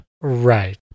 Right